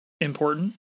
important